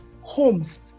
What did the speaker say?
homes